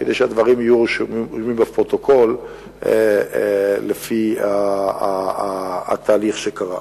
כדי שהדברים יהיו רשומים בפרוטוקול לפי התהליך שקרה.